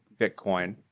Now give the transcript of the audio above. Bitcoin